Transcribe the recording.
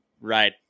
right